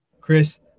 Chris